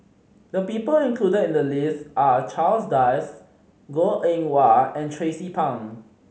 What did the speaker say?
the people included in the list are Charles Dyce Goh Eng Wah and Tracie Pang